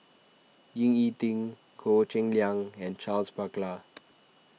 Ying E Ding Goh Cheng Liang and Charles Paglar